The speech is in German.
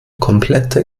komplette